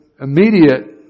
immediate